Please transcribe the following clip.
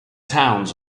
towns